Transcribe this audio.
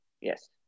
yes